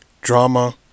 drama